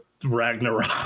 ragnarok